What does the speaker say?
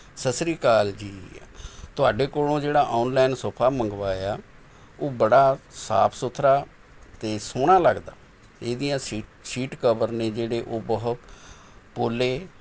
ਸਤਿ ਸ਼੍ਰੀ ਅਕਾਲ ਜੀ ਤੁਹਾਡੇ ਕੋਲੋਂ ਜਿਹੜਾ ਔਨਲਾਈਨ ਸੋਫਾ ਮੰਗਵਾਇਆ ਉਹ ਬੜਾ ਸਾਫ਼ ਸੁਥਰਾ ਅਤੇ ਸੋਹਣਾ ਲੱਗਦਾ ਇਹਦੀਆਂ ਸੀਟ ਸੀਟ ਕਵਰ ਨੇ ਜਿਹੜੇ ਉਹ ਬਹੁਤ ਪੋਲੇ